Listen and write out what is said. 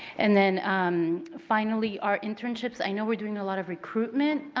and then finally our internships. i know we are doing a lot of recruitment